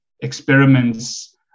experiments